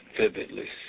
vividly